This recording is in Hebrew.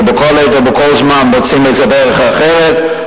שבכל עת ובכל זמן מוצאים איזה דרך אחרת,